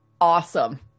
Awesome